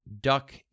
Duck